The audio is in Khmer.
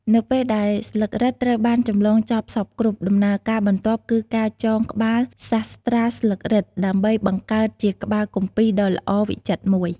នៅពេលដែលស្លឹករឹតត្រូវបានចម្លងចប់សព្វគ្រប់ ដំណើរការបន្ទាប់គឺការចងក្បាលសាស្រ្តាស្លឹករឹតដើម្បីបង្កើតជាក្បាលគម្ពីរដ៏ល្អវិចិត្រមួយ។